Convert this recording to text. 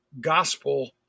gospel